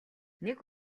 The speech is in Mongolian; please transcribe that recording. нэг